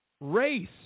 Race